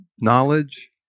knowledge